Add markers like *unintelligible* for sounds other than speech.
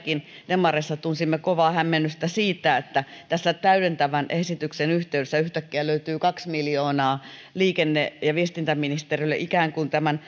demareissa tunsimme kovaa hämmennystä siitä että tässä täydentävän esityksen yhteydessä yhtäkkiä löytyy kaksi miljoonaa liikenne ja viestintäministeriölle ikään kuin tämän *unintelligible*